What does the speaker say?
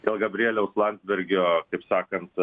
dėl gabrieliaus landsbergio kaip sakant